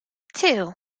two